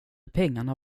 pengarna